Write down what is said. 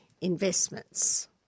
investments